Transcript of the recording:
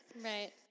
Right